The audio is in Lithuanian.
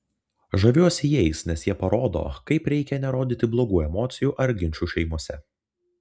žaviuosi jais nes jie parodo kaip reikia nerodyti blogų emocijų ar ginčų šeimose